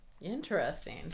interesting